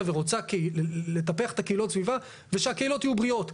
ורוצה לטפח את הקהילות סביבה ושהקהילות יהיו בריאות.